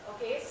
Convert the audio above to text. Okay